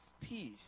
peace